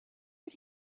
did